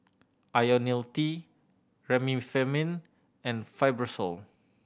Ionil T Remifemin and Fibrosol